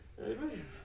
Amen